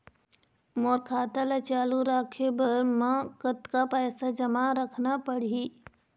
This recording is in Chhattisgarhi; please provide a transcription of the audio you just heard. मोर खाता ला चालू रखे बर म कतका पैसा जमा रखना पड़ही?